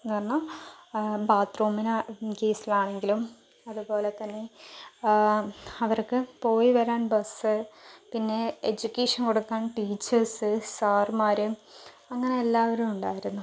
എന്നു പറഞ്ഞാൽ ബാത്റൂമിന്റെ ഇൻകേസ് ആണെങ്കിലും അതുപോലെ തന്നെ അവർക്ക് പോയി വരാൻ ബസ്സ് പിന്നെ എജ്യുക്കേഷൻ കൊടുക്കാൻ ടീച്ചേഴ്സ് സാറുമാർ അങ്ങനെ എല്ലാവരും ഉണ്ടായിരുന്നു